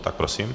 Tak prosím.